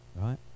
right